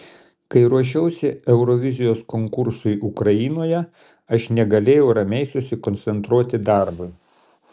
kai ruošiausi eurovizijos konkursui ukrainoje aš negalėjau ramiai susikoncentruoti darbui